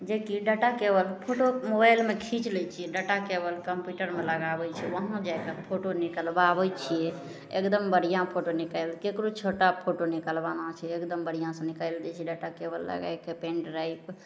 जेकी data cable photo मोबाइलमे खीच लै छियै डाटा केवल कम्प्यूटरमे लगाबय छियै वहाँ जा कऽ फोटो निकलबाबय छियै एकदम बढ़िआँ फोटो निकालि केकरो छोटा फोटो निकलबाना छै एकदम बढ़िआँसँ निकालि दै छै डाटा केवल लगाकऽ पेन ड्राइव